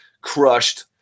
Crushed